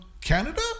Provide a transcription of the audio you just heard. Canada